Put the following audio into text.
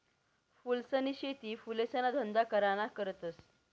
फूलसनी शेती फुलेसना धंदा कराना करता करतस